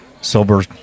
sober